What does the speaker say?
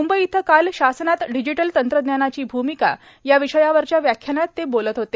मुंबई इथं शासनात डिजिटल तंत्रज्ञानाची भूमिका या विषयावरच्या व्याख्यानात ते बोलत होते